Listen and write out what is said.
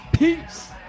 Peace